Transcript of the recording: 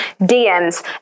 DMs